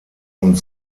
und